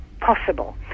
possible